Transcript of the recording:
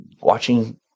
watching